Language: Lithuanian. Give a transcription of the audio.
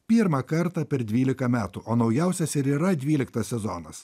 pirmą kartą per dvylika metų o naujausias ir yra dvyliktas sezonas